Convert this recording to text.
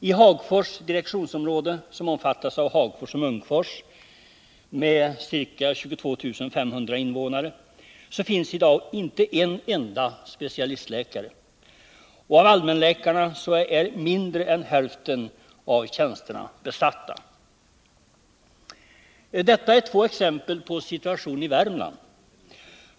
I Hagfors direktionsområde, som omfattas av Hagfors och Munkfors med ca 22500 invånare, finns i dag inte en enda specialistläkare, och av allmänläkartjänsterna är mindre än hälften besatta. Detta är två exempel på situationen i Värmland.